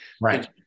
Right